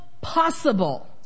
possible